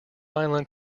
island